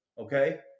okay